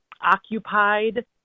occupied